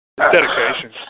Dedication